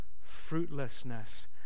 fruitlessness